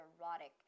erotic